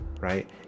right